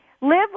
Live